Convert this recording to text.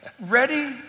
ready